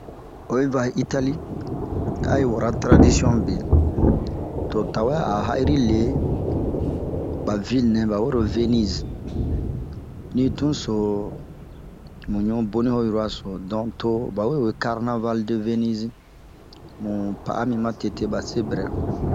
Oyi va Itali, ao yi wura taradisiɔn be ,to o tawɛ a ha'iri lii ba vil nɛ ba wero venize. Dintun so ,ɲuu boni ho yuraso donke bawe karnavale de venizi, mun pa'a mi matete base bɛrɛ.